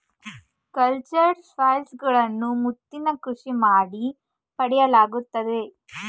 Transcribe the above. cultured pearls ಗಳನ್ನು ಮುತ್ತಿನ ಕೃಷಿ ಮಾಡಿ ಪಡೆಯಲಾಗುತ್ತದೆ